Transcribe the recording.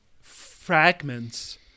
fragments